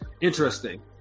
interesting